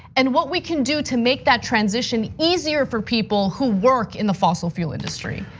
and what we can do to make that transition easier for people who work in the fossil fuel industry.